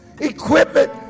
equipment